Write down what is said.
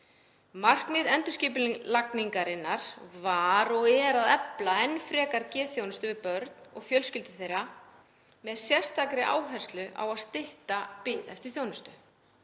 Markmið endurskipulagningarinnar var og er að efla enn frekar geðþjónustu við börn og fjölskyldur þeirra með sérstakri áherslu á að stytta bið eftir þjónustu.